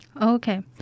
Okay